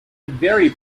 very